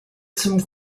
zum